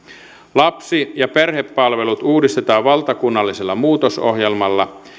lapsi ja perhepalvelut uudistetaan valtakunnallisella muutosohjelmalla